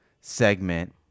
segment